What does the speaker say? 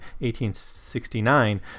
1869